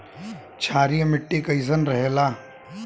क्षारीय मिट्टी कईसन रहेला?